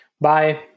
Bye